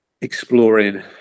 exploring